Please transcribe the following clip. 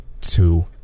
two